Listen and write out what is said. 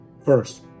first